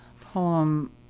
poem